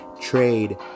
trade